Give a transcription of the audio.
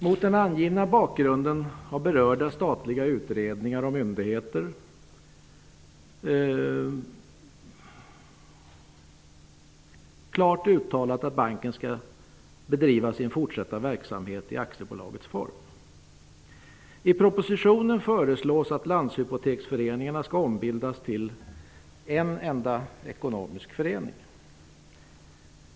Mot den angivna bakgrunden har berörda statliga utredningar och myndigheter klart uttalat att banken skall bedriva sin fortsatta verksamhet i aktiebolagets form. I propositionen föreslås att landshypoteksföreningarna skall ombildas till en enda ekonomisk förening.